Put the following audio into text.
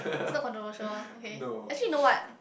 its not controversial ah okay actually you know what